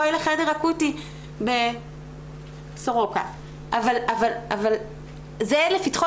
בואי לחדר האקוטי בסורוקה' אבל זה לפתחו